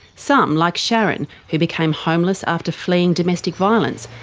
some, like sharron, who became homeless after fleeing domestic violence,